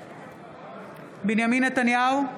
בנימין נתניהו,